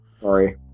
Sorry